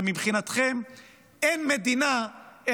ומבחינתכם אין מדינה,